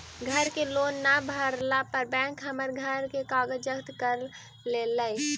घर के लोन न भरला पर बैंक हमर घर के कागज जब्त कर लेलई